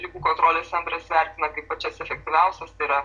ligų kontrolės centras vertina kaip pačias efektyviausias tai yra